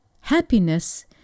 Happiness